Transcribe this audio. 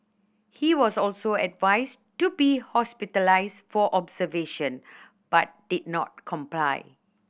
he was also advised to be hospitalised for observation but did not comply